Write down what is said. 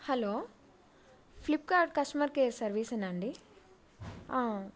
hello Flipkart customer care సర్వీసేనా అండి